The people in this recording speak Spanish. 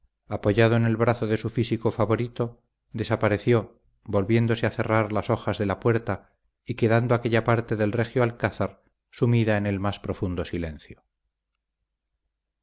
apoyado en el brazo de su físico favorito desapareció volviéndose a cerrar las hojas de la puerta y quedando aquella parte del regio alcázar sumida en el más profundo silencio